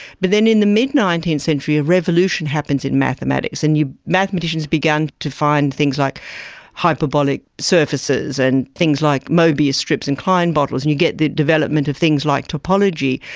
but then in the mid nineteenth century a revolution happens in mathematics. and mathematicians began to find things like hyperbolic surfaces and things like mobius strips and klein bottles, and you get the development of things like topology,